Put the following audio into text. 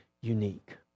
unique